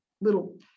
Little